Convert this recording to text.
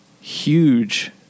huge